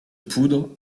poudre